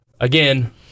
Again